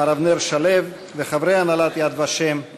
מר אבנר שלו וחברי הנהלת "יד ושם";